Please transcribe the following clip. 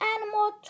Animal